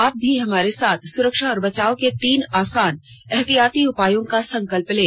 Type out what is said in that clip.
आप भी हमारे साथ सुरक्षा और बचाव के तीन आसान एहतियाती उपायों का संकल्प लें